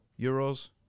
euros